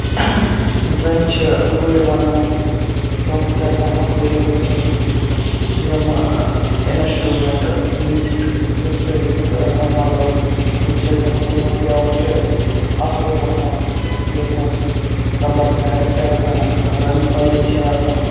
زَن چھِ ہُرۍ وَنان تمَن چھِ آسان مُختٔلِف قٕسمٕکۍ یِم اِنسٹروٗمینٹہٕ میوٗزِک ییٚمہِ سۭتۍ ہُہ مطلب ییٚمہِ سۭتۍ یِمَن تِہُند گیوُن چھُ اَصٕل گژھان یَتھ منٛز تُمبَکھ نارِ چھِ آسان رَنہِ پَرٕنۍ چھِ آسان